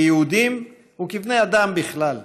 כיהודים וכבני אדם בכלל,